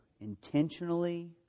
intentionally